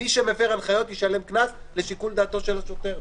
מי שמפר הנחיות ישלם קנס לשיקול דעתו של השוטר,